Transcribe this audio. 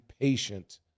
patient